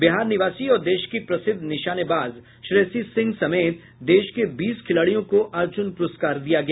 बिहार निवासी और देश की प्रसिद्ध निशानेबाज श्रेयसी सिंह समेत देश के बीस खिलाड़ियों को अर्जुन प्रस्कार दिया गया